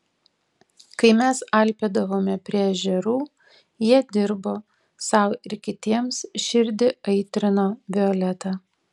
kai mes alpėdavome prie ežerų jie dirbo sau ir kitiems širdį aitrino violeta